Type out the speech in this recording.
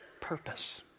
Purpose